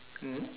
mm